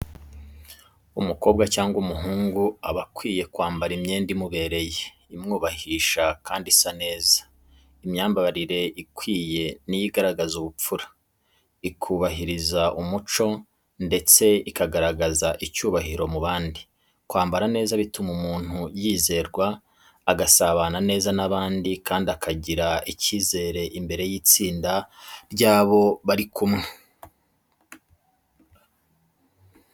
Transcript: Umukobwa cyangwa umuhungu aba akwiriye kwambara imyenda imubereye, imwubahisha Kandi isa neza. Imyambarire ikwiye ni yo igaragaza ubupfura, ikubahiriza umuco ndetse ikagaragaza icyubahiro mu bandi. Kwambara neza bituma umuntu yizerwa, agasabana neza n’abandi kandi akagira icyizere imbere y’itsinda ry’abo bari kumwe.